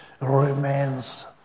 remains